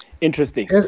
interesting